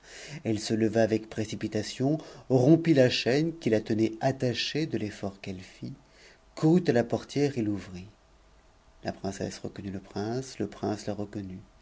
elle se leva avec précipitation rompit la chaîne qui la tenait anachée de l'esbrt qu'elle fit courut à la portière et l'ouvrit la ncesse reconnut le prince le prince la reconnut